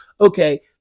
Okay